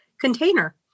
container